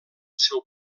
seu